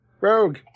Rogue